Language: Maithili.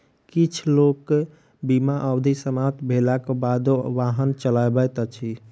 किछ लोक बीमा अवधि समाप्त भेलाक बादो वाहन चलबैत अछि